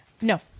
No